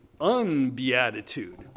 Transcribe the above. unbeatitude